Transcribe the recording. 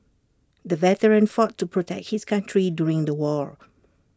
the veteran fought to protect his country during the war